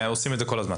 עושים את זה כל הזמן.